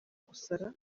gusara